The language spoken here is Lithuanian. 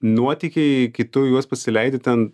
nuotykiai kai tu juos pasileidi ten